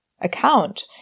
account